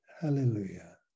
Hallelujah